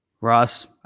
Ross